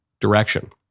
direction